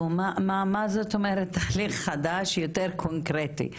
מה זאת אומרת תהליך חדש יותר קונקרטי?